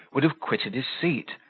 would have quitted his seat,